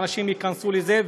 ואנשים ייכנסו לזה,